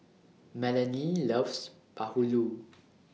Melony loves Bahulu